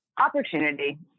Opportunity